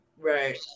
right